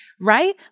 right